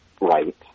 right